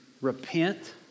repent